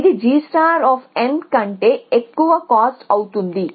ఇది g కంటే ఎక్కువ కాస్ట్ అవుతుంది